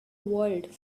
world